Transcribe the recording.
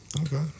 okay